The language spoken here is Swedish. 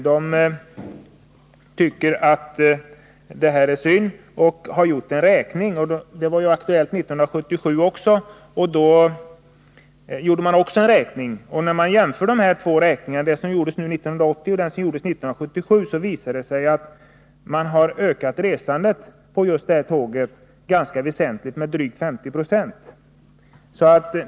Man tycker det här med indragna tåg är synd, och man har gjort en resanderäkning 1980. År 1977 gjorde man också en sådan räkning, och vid en jämförelse visar det sig att resandet med just detta tåg har ökat med drygt 50 20.